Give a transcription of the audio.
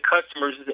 customer's